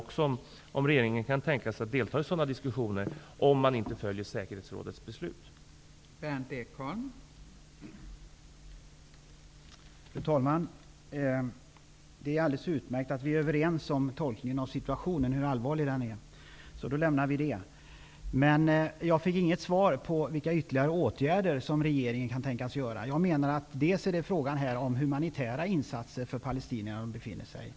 Kan regeringen tänka sig att delta i sådana diskussioner, om inte säkerhetsrådets beslut följs?